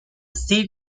sea